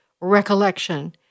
recollection